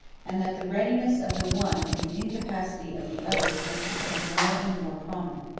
and that the readiness of the one and the incapacity of the others must become more and more prominent.